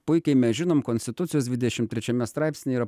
puikiai mes žinom konstitucijos dvidešim trečiame straipsnyj yra